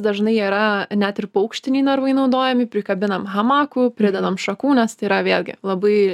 dažnai yra net ir paukštiniai narvai naudojami prikabinam hamakų pridedam šakų nes tai yra vėlgi labai